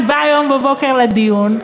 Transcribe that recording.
אני באה היום בבוקר לדיון,